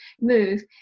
move